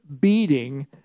beating